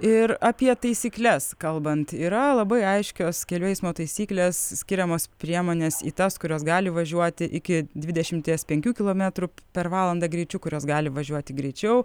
ir apie taisykles kalbant yra labai aiškios kelių eismo taisyklės skiriamos priemonės į tas kurios gali važiuoti iki dvidešimties penkių kilometrų per valandą greičiu kurios gali važiuoti greičiau